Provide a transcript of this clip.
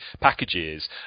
packages